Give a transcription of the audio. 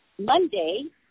Monday